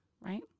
right